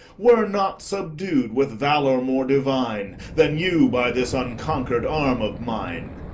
were not subdu'd with valour more divine than you by this unconquer'd arm of mine.